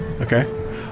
Okay